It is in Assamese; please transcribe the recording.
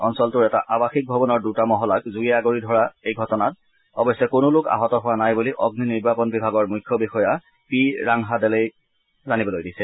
অঞ্চলটোৰ এটা আবাসিক ভৱনৰ দূটা মহলাক জুয়ে আগুৰি ধৰা এই ঘটনাত অৱশ্যে কোনো লোক আহত হোৱা নাই বুলি অগ্নি নিৰ্বাপন বিভাগৰ মুখ্য বিষয়া পি ৰাহাংডালেই জানিবলৈ দিছে